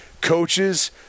coaches